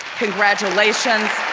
congratulations.